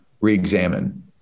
re-examine